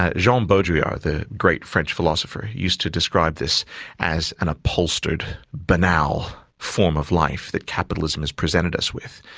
ah jean um beaudrillard, the great french philosopher, used to describe this as an upholstered, banal form of life that capitalism has presented us with.